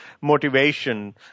motivation